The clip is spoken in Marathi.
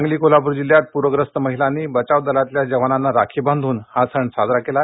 सांगलक्त कोल्हापूर जिल्ह्यात प्रग्रस्त महिलांना बचाव दलातल्या जवानांना राखा बांधून हा सण साजरा केला